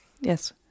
Yes